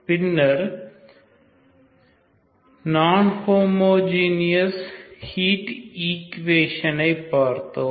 பின்னர் நான் homogeneous heat ஈக்குவேஷனை பார்த்தோம்